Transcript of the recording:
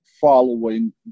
following